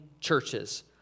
churches